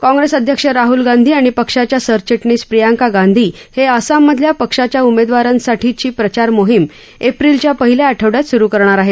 काँप्रेस अध्यक्ष राहल गांधी आणि पक्षाच्या सरचिटणीस प्रियांका गांधी हे आसाममधल्या पक्षाच्या उमेदवारांसाठीची प्रचार मोहिम एप्रिलच्या पहिल्या आठवड्यात सुरु करणार आहेत